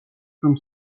რომ